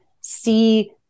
see